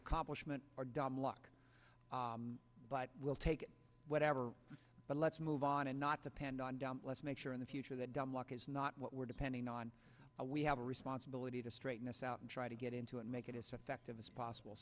accomplishment or dumb luck but we'll take whatever but let's move on on a not depend on down let's make sure in the future that dumb luck is not what we're depending on we have a responsibility to straighten us out and try to get into and make it as affective as possible